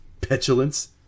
petulance